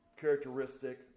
characteristic